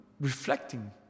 reflecting